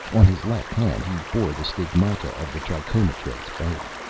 on his left hand he bore the stigmata of the trichomotred's bite.